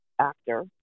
actor